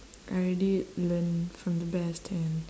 I already learn from the best and